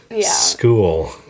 school